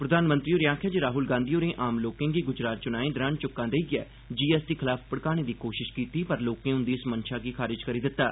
प्रधानमंत्री होरें आखेआ जे राहुल गांधी होरें आम लोकें गी गुजरात चुनां दौरान चुक्कां देइयै जीएसटी खलाफ भड़काने दी कोशश कीती पर लोकें उंदी इस मन्शा गी खारिज करी दित्ता